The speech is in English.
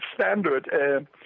standard